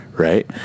Right